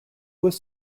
was